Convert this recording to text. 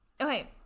Okay